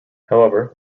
however